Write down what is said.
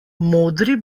modri